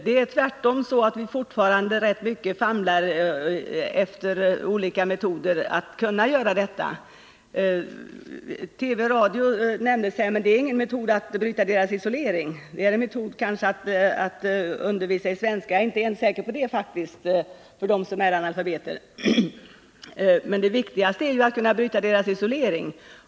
Det är tvärtom så, att vi fortfarande ganska mycket famlar efter olika metoder för att kunna göra detta. TV och radio nämndes här, men att använda dessa medier är ingen metod för att bryta kvinnornas isolering. Det är kanske en metod för att undervisa i svenska, men jag är faktiskt inte ens säker på det när det gäller dem som är analfabeter. Det viktigaste är ju att bryta kvinnornas isolering.